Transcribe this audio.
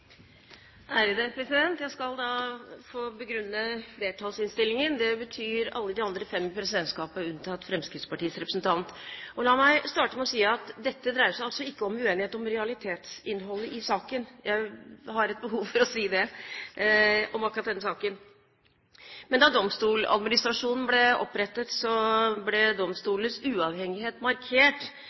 Jeg skal da begrunne flertallsinnstillingen; det betyr alle de andre fem i presidentskapet unntatt Fremskrittspartiets representant. La meg starte med å si at dette ikke dreier seg om uenighet om realitetsinnholdet i saken; jeg har et behov for å si det om akkurat denne saken. Men da Domstoladministrasjonen ble opprettet, ble domstolenes uavhengighet markert